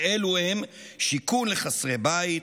ואלו הם: שיכון לחסרי בית,